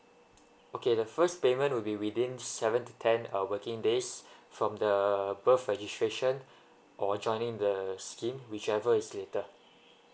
okay the first payment will be within seven to ten uh working days from the birth registration or joining the scheme whichever is later